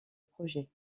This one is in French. projet